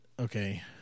okay